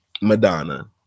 Madonna